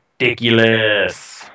ridiculous